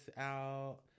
out